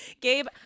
Gabe